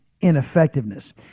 ineffectiveness